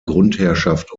grundherrschaft